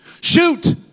Shoot